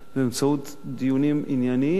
באמצעות דיונים ענייניים,